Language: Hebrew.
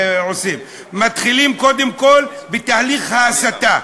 מתחילים קודם כול בתהליך הסתה.